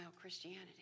Christianity